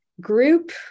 group